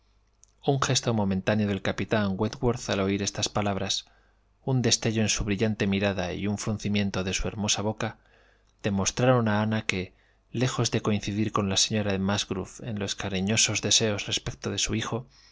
un gesto momentáneo del capitán wentworth al oir estas palabras un destello en su brillante mirada y un fruncimiento de su hermosa boca demostraren a ana que lejos de coincidir con la señora de musgrove en los cariñosos deseos respecto de su hijo